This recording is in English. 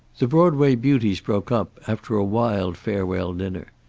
the broadway beauties broke up, after a wild farewell dinner.